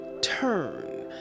turn